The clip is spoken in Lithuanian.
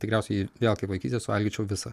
tikriausiai jį vėl kaip vaikystėj suvalgyčiau visą